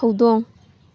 ꯍꯧꯗꯣꯡ